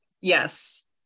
Yes